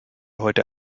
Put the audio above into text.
heute